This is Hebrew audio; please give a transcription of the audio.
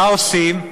מה עושים?